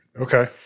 Okay